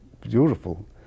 beautiful